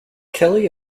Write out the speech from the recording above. kelly